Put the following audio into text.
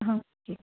हा ओके